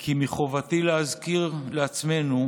כי מחובתי להזכיר לעצמנו